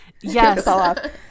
Yes